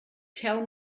tell